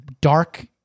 dark